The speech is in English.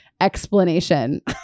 explanation